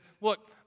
look